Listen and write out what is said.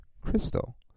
Crystal